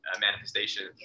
manifestation